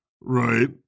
Right